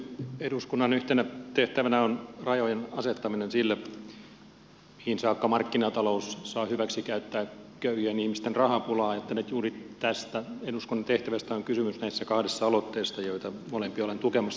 eduskunnan yhtenä tehtävänä on rajojen asettaminen sille mihin saakka markkinatalous saa hyväksi käyttää köyhien ihmisten rahapulaa ja nyt juuri tästä eduskunnan tehtävästä on kysymys näissä kahdessa aloitteessa joita molempia olen tukemassa